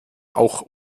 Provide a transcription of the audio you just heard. auch